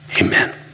Amen